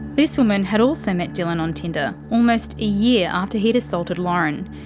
this woman had also met dylan on tinder almost a year after he'd assaulted lauren.